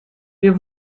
wir